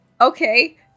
okay